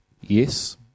Yes